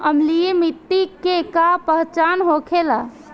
अम्लीय मिट्टी के का पहचान होखेला?